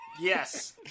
Yes